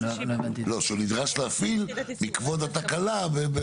שהוא נדרש להפעיל בעקבות התקלה.